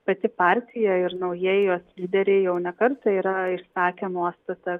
pati partija ir naujieji jos lyderiai jau ne kartą yra išsakę nuostatą